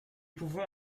pouvons